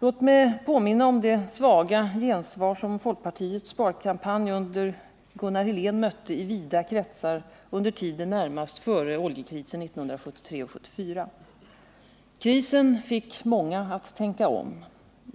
Låt mig påminna om det svaga gensvar som folkpartiets sparkampanj under Gunnar Helén mötte i vida kretsar under tiden närmast före oljekrisen 1973-1974. Krisen fick många att tänka om.